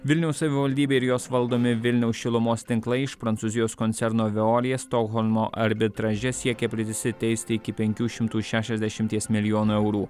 vilniaus savivaldybė ir jos valdomi vilniaus šilumos tinklai iš prancūzijos koncerno veolia stokholmo arbitraže siekia prisiteisti iki penkių šimtų šešiasdešimties milijonų eurų